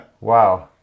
Wow